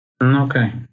Okay